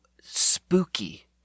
spooky